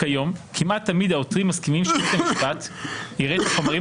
כיום כמעט תמיד העותרים מסכימים שבית המשפט יראה את החומרים